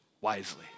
wisely